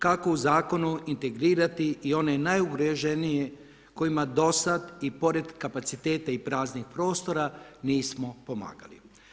Kako u zakonu integrirati i one najugroženije kojima do sad i pored kapaciteta i praznih prostora nismo pomagali.